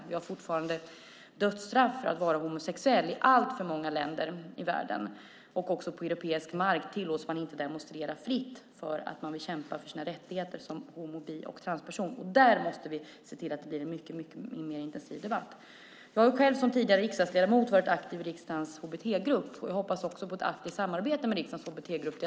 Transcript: Vi har fortfarande i alltför många länder i världen dödsstraff för att man är homosexuell. Inte heller på europeisk mark tillåts personer demonstrera fritt när de vill kämpa för sina rättigheter som homo och bisexuella samt transpersoner. Där måste vi se till att det blir en mycket mer intensiv debatt. Jag har tidigare som riksdagsledamot varit aktiv i riksdagens hbt-grupp, och jag hoppas på ett aktivt samarbete med gruppen.